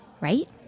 right